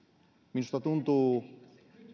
minusta tuntuu